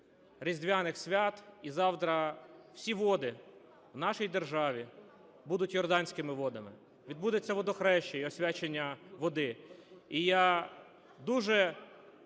різдвяних свят і завтра всі води в нашій державі будуть йорданськими водами. Відбудеться Водохреща і освячення води.